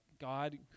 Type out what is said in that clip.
God